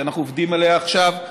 שאנחנו עובדים עליה עכשיו,